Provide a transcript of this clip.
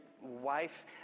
wife